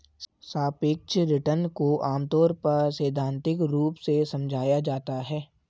सापेक्ष रिटर्न को आमतौर पर सैद्धान्तिक रूप से समझाया जाता है